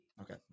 Okay